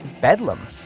bedlam